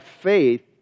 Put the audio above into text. faith